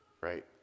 right